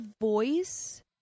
voice